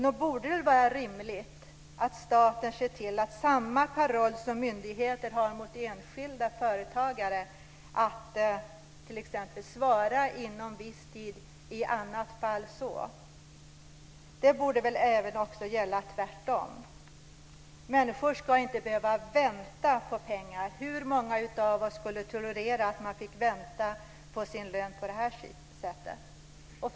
Nog borde det väl vara rimligt att staten ser till att samma paroll som myndigheter har mot enskilda företagare när det gäller att t.ex. svara inom viss tid, för i annat fall så . även gäller när det är tvärtom. Människor ska inte behöva vänta på pengar. Hur många av oss skulle tolerera att vänta på sin lön på det här sättet?